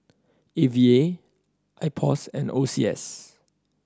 A V A IPOS and O C S